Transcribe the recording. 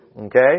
Okay